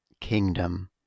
kingdom